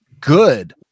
good